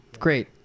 Great